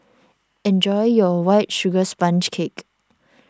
enjoy your White Sugar Sponge Cake